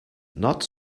not